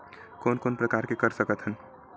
कोन कोन प्रकार के कर सकथ हन?